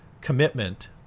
commitment